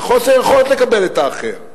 בחוסר יכולת לקבל את האחר.